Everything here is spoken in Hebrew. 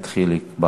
התשע"ד 2014,